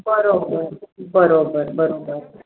बरोबर बरोबर बरोबर